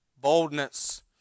boldness